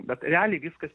bet realiai viskas